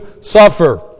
suffer